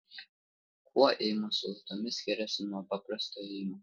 kuo ėjimas su lazdomis skiriasi nuo paprasto ėjimo